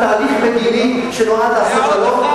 על תהליך מדיני שנועד לעשות שלום?